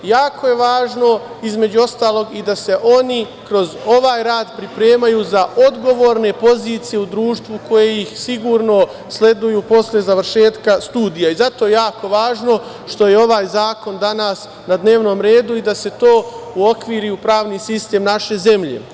Jako je važno, između ostalog, da se oni kroz ovaj rad pripremaju za odgovorne pozicije u društvu koje ih sigurno sleduju posle završetka studija i zato je jako važno što je ovaj zakon danas na dnevnom redu i da se to uokviri u pravni sistem naše zemlje.